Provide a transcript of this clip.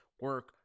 Work